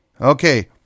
Okay